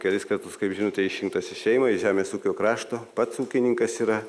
kelis kartus kaip žinote išrinktas į seimą iš žemės ūkio krašto pats ūkininkas yra